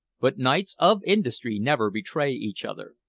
but knights of industry never betray each other.